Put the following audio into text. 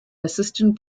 assistant